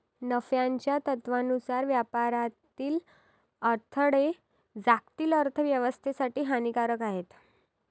नफ्याच्या तत्त्वानुसार व्यापारातील अडथळे जागतिक अर्थ व्यवस्थेसाठी हानिकारक आहेत